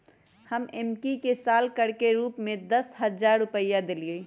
हम एम्की के साल कर के रूप में दस हज़ार रुपइया देलियइ